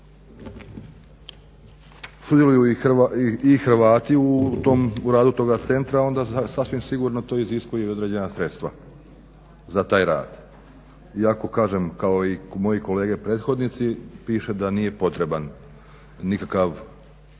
sudjeluju i Hrvati u radu toga centra onda sasvim sigurno to iziskuje i određena sredstva za taj rad. Iako kažem kao i moji kolege prethodnici piše da nije potreban nikakav